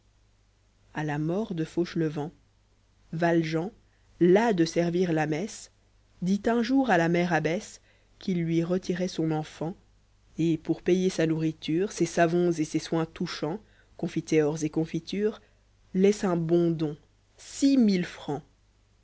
a la mort de fauchelevent valjean las de servir la messe dit un jour à la mère abbesse qu'il lui retirait km enfant et poul payer sa nourriture seji savons et ses soins touchants gonfiteors et confiture laisse un bon don six mille francs